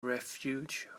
refuge